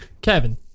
Kevin